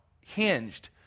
hinged